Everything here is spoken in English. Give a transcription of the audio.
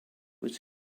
its